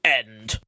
end